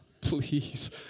Please